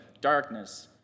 darkness